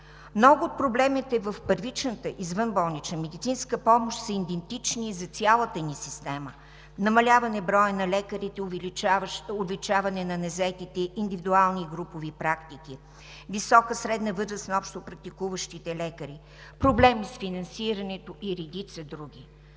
Много от проблемите в първичната извънболнична медицинска помощ са идентични за цялата ни система – намаляване броя на лекарите, увеличаване на незаетите индивидуални и групови практики, висока средна възраст на общопрактикуващите лекари, проблеми с финансирането и редица други.